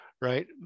right